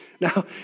Now